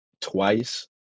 twice